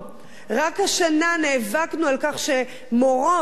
רק השנה נאבקנו על כך שמורות שעובדות